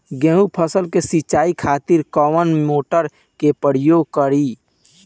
गेहूं फसल के सिंचाई खातिर कवना मोटर के प्रयोग करी?